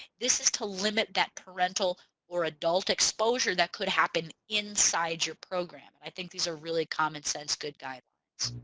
this is to limit that parental or adult exposure that could happen inside your program. i think these are really common sense good guidelines.